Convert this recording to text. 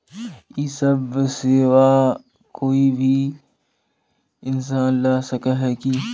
इ सब सेवा कोई भी इंसान ला सके है की?